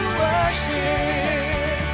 worship